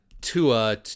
Tua